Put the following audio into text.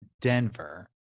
Denver